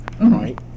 right